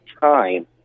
time